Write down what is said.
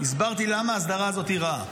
הסברתי למה ההסדרה הזאת היא רעה.